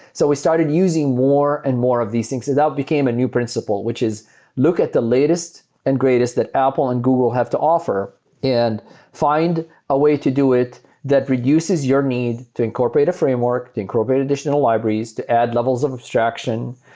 so we started using more and more of these things. so that became a new principal, which is look at the latest and greatest that apple and google have to offer and find a way to do it that reduces your need to incorporate a framework, to incorporate additional libraries, to add levels of abstraction.